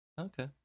Okay